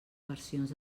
versions